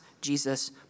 Jesus